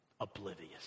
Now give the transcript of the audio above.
oblivious